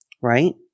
Right